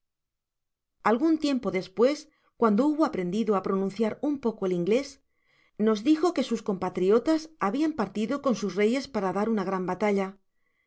algun tiempo despues cuando hubo aprendido á pronunciar un poco el inglés nos dijo que sus compatriotas habian partido con us reyes para dar una gran batalla